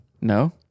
No